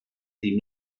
die